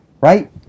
right